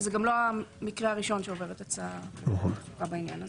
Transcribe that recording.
וזה גם לא המקרה הראשון שעוברת הצעה בעניין הזה.